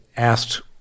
asked